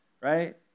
right